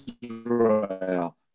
Israel